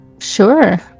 Sure